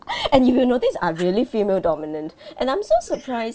and if you notice are really female dominant and I'm so surprised